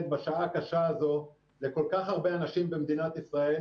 בשעה הקשה הזו למען כל כך הרבה אנשים במדינת ישראל,